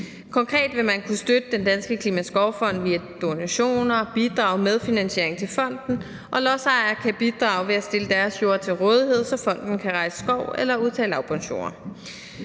Konkret vil man kunne støtte Den Danske Klimaskovfond via donationer, bidrag og medfinansiering til fonden, og lodsejere kan bidrage ved at stille deres jorde til rådighed, så fonden kan rejse skov eller udtage lavbundsjorder.